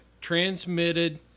transmitted